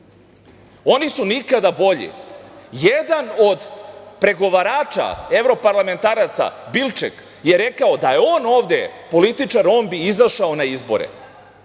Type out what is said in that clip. Oni su nikada bolji. Jedan od pregovarača evroparlamentaraca, Bilčik je rekao da je on ovde političar, on bi izašao na izbore.